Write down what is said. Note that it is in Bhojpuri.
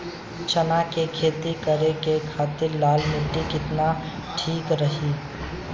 चना के खेती करे के खातिर लाल मिट्टी केतना ठीक रही?